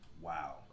Wow